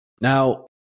Now